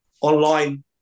online